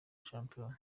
shampiyona